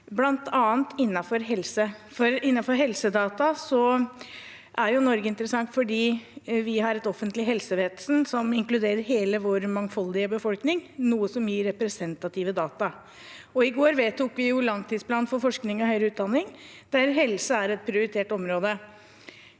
helsefeltet. Innenfor helsedata er Norge interessant fordi vi har et offentlig helsevesen som inkluderer hele vår mangfoldige befolkning, noe som gir representative data. I går vedtok vi langtidsplanen for forskning og høyere utdanning, der helse er et prioritert område.